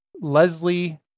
Leslie